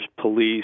police